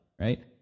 right